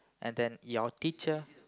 and then your teacher